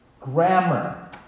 grammar